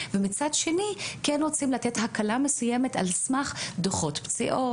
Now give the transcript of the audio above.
ומצד שני כן רוצים לתת הקלה מסוימת על סמך דוחות פציעות,